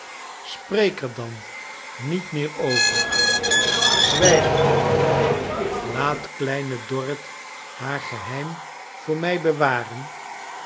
spreek er dan niet meer over zwijg er van laat kleine dorrit haar geheim voor mij bewaren